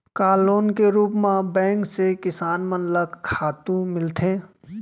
का लोन के रूप मा बैंक से किसान मन ला खातू मिलथे?